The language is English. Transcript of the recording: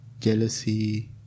jealousy